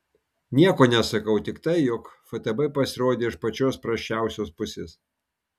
nieko nesakau tik tai jog ftb pasirodė iš pačios prasčiausios pusės